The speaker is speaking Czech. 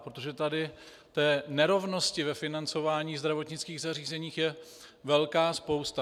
Protože tady té nerovnosti financování zdravotnických zařízení je velká spousta.